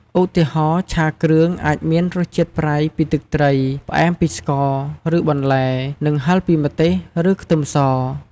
ឧទាហរណ៍ ឆាគ្រឿងអាចមានរសជាតិប្រៃពីទឹកត្រី ផ្អែមពីស្ករ ឬបន្លែ និងហឹរពីម្ទេស ឬខ្ទឹមស។